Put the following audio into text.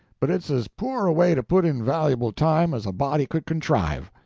but it's as poor a way to put in valuable time as a body could contrive.